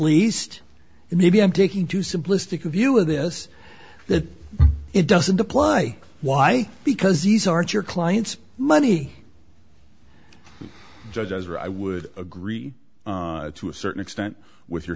and maybe i'm taking too simplistic view of this that it doesn't apply why because these aren't your clients money just as i would agree to a certain extent with your